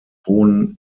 hohen